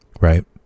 Right